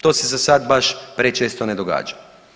To se za sad baš prečesto ne događa.